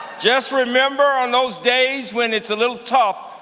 just remember on those days when it's a little tough,